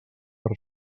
per